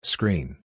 Screen